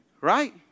Right